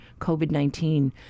COVID-19